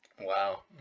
wow